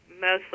mostly